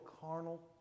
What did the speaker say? carnal